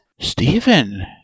Stephen